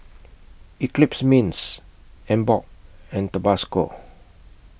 Eclipse Mints Emborg and Tabasco